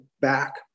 back